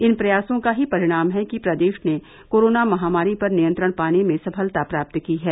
इन प्रयासों का ही परिणाम है कि प्रदेश ने कोरोना महामारी पर नियंत्रण पाने में सफलता प्राप्त की है